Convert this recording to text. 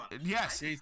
Yes